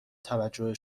توجه